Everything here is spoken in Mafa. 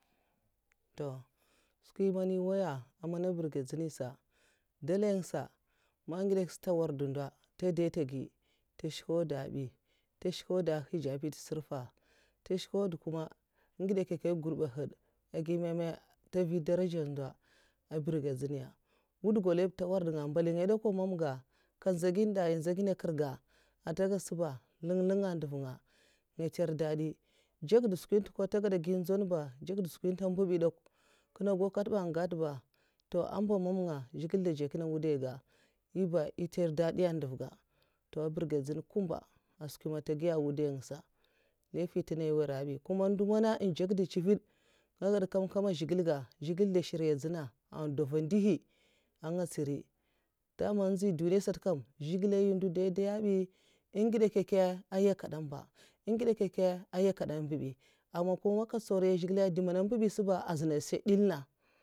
skwi mana nwoya èhmana mbirganjunya sa dèlèhisa, man ngidè kyèk sa ntè nwardo ndo ta dèyta gèy ntè shkèw auda bi ntè shkèw auda a hijapèta zhurfahad ntè shkèw auda kuma. ngidè nkèykya ah gurba nhad èghi ma ma ntè mvi daraja nda mbirganjunya wudgwalihiba ntè nwuradanga mbalingè dè kwa mamga kyè nzhè ginnè ndèy èh nzèhy ginnè nkèrga èhtègèd sa nduvngaya nlèn nlènnga, nga ntèrh dadi ndjak skwi ntèpa ntè gèda nzwan ba ndzak dèi skwi ntè santa ambi dè kwa ntègada toh amba mamnga zhigilè ndè ndjèkaèna wudaiga nyèba è ntèr nduv ga toh mbirganjunya kumba askwi man ntè giyya èn'nwudain nga sa laifi nta nènga awurinyè bi kuman ndo man njèkda ncivèd sa mga mgèd kam zhigilè ndèy shiryanjèna n do nva ndohi nga ntsiri daman nzyi duniya sata nzhigilè nyi ndo dèdèya bi èngidè kyèkyè anyinkèda mba èhn ngidè kyèkya nyikad ambabi aman nko ntsau nriy zhigilè dèy mana mbabi asaba azuinè sa ndèlna